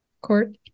court